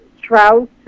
trout